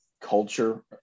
culture